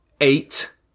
eight